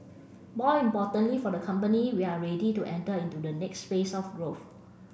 more importantly for the company we are ready to enter into the next phase of growth